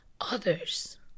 others